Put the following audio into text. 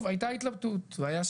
כן, זה מה שאומרת לנו מירה.